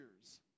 years